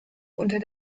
unter